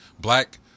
Black